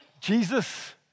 Jesus